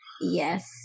Yes